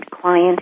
client